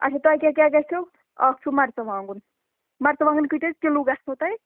اَچھا تۄہہِ کیٛاہ کیٛاہ گَژھو اکھ چھُو مرژٕوانٛگُن مرژٕوانٛگن کٲتیٛاہ کِلوٗ گژھنو تۄہہِ